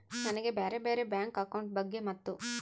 ನನಗೆ ಬ್ಯಾರೆ ಬ್ಯಾರೆ ಬ್ಯಾಂಕ್ ಅಕೌಂಟ್ ಬಗ್ಗೆ ಮತ್ತು?